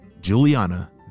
Juliana